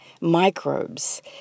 microbes